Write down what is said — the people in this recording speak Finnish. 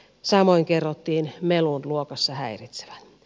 samoin kerrottiin melun luokassa häiritsevän